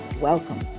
welcome